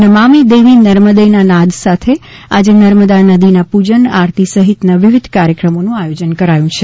નમામિ દેવી નર્મદેના નાદ સાથે આજે નર્મદા નદીના પૂજન આરતી સહિતના વિવિધ કાર્યક્રમોનું આયોજન કરાયું છે